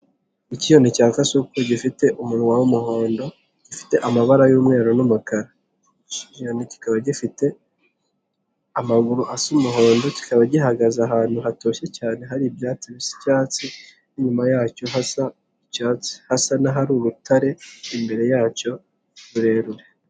Ikiyoni cya kasuku gifite umunwa w'umuhondo, gifite amabara y'umweru n'umukara. Icyiyoni kikaba gifite amaguru asa umuhondo kikaba gihagaze ahantu hatoshye cyane hari ibyatsi bisa icyatsi inyuma yacyo hasa icyatsi hasa n'ahari urutare imbere yacyo rurerure.